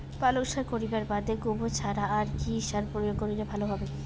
পালং শাক করিবার বাদে গোবর ছাড়া আর কি সার প্রয়োগ করিলে ভালো হবে?